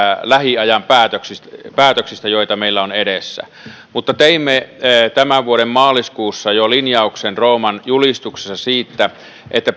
lähiajan päätöksistä päätöksistä joita meillä on edessä mutta teimme jo tämän vuoden maaliskuussa rooman julistuksessa linjauksen siitä että